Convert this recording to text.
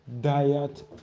diet